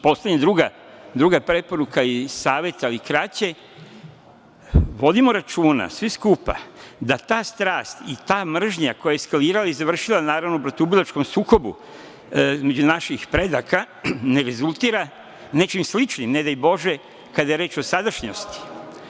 Poslednja, druga preporuka i savet, ali kraći – vodimo računa svi skupa da ta strast i ta mržnja koja je eskalirala i završila, naravno, bratoubilačkim sukobom između naših predaka ne rezultira nečim sličnim, ne daj Bože, kada je reč o sadašnjosti.